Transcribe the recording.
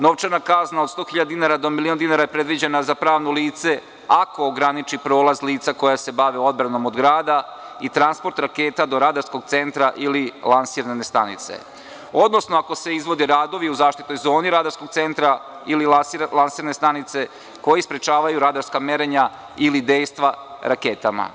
Novčana kazna od 100 hiljada dinara do milion dinara je predviđena za pravno lice ako ograniči prolaz lica koja se bave odbranom od grada i transport raketa do radarskog centra ili lansirne stanice, odnosno ako se izvode radovi u zaštitnoj zoni radarskog centra ili lansirne stanice koji sprečavaju radarska merenja ili dejstva raketama.